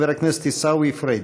חבר הכנסת עיסאווי פריג'.